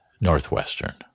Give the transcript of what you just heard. Northwestern